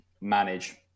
manage